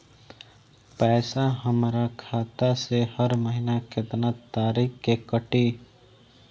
पैसा हमरा खाता से हर महीना केतना तारीक के कटी?